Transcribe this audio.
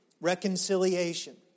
reconciliation